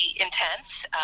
intense